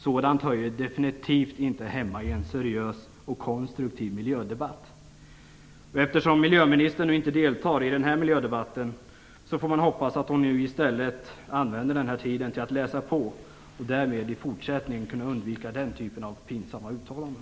Sådant hör definitivt inte hemma i en seriös och konstruktiv miljödebatt. Eftersom miljöministern inte deltar i den här miljödebatten får vi hoppas att hon i stället använder tiden till att läsa på för att i fortsättningen kunna undvika den här typen av pinsamma uttalanden.